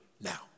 now